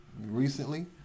recently